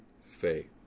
faith